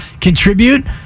contribute